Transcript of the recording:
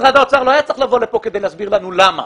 משרד האוצר לא היה צריך לבוא לכאן כדי להסביר לנו למה.